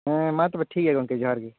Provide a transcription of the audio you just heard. ᱦᱮᱸ ᱢᱟ ᱛᱚᱵᱮ ᱴᱷᱤᱠ ᱜᱮᱭᱟ ᱜᱚᱢᱠᱮ ᱡᱚᱦᱟᱨ ᱜᱮ